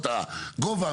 גובה,